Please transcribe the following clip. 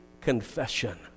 confession